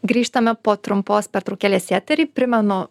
grįžtame po trumpos pertraukėlės į eterį primenu